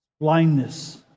blindness